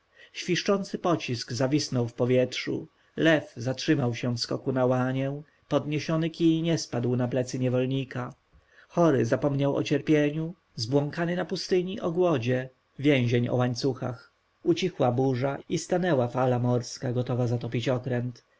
krzywda świszczący pocisk zawisnął w powietrzu lew zatrzymał się w skoku na łanię podniesiony kij nie spadł na plecy niewolnika chory zapomniał o cierpieniu zbłąkany w pustyni o głodzie więzień o łańcuchach ucichła burza i stanęła fala morska gotowa zatopić okręt